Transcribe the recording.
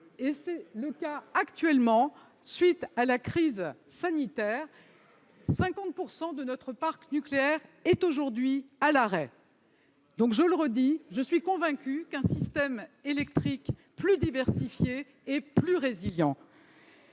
C'est le cas actuellement : à la suite de la crise sanitaire, 50 % de notre parc nucléaire est aujourd'hui à l'arrêt. Je le redis : je suis convaincue de la nécessité d'un système électrique plus diversifié et plus résilient.